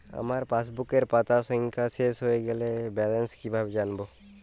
আমার পাসবুকের পাতা সংখ্যা শেষ হয়ে গেলে ব্যালেন্স কীভাবে জানব?